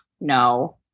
No